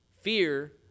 Fear